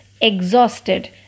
Exhausted